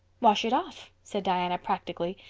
wash it off, said diana practically.